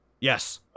Yes